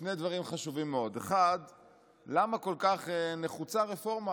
שני דברים חשובים מאוד: למה כל כך נחוצה רפורמה